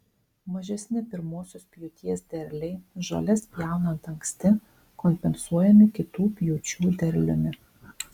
mažesni pirmosios pjūties derliai žoles pjaunant anksti kompensuojami kitų pjūčių derliumi